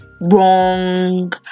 Wrong